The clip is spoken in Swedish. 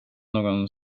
någon